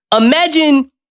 Imagine